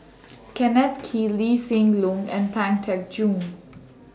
Kenneth Kee Lee Hsien Loong and Pang Teck Joon